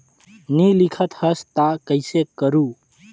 नी लिखत हस ता कइसे करू?